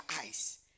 eyes